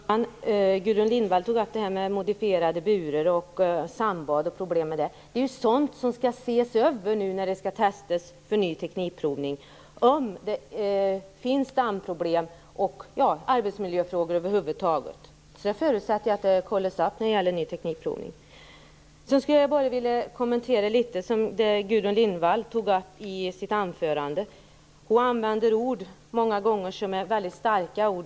Herr talman! Gudrun Lindvall tog upp frågan om modifierade burar, sandbad och problem med detta. Det är sådant som skall ses över när man skall testa genom ny teknikprovning om det finns dammproblem och arbetsmiljöproblem över huvud taget. Jag förutsätter att det kontrolleras genom ny teknikprovning. Jag vill något kommentera det som Gudrun Lindvall tog upp i sitt anförande. Hon använder många gånger starka ord.